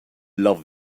love